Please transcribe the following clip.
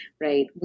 right